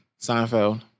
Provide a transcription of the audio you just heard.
Seinfeld